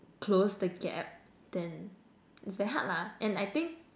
close the gap then it's very hard lah and I think